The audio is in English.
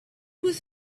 was